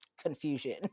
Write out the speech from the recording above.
Confusion